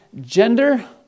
gender